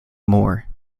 more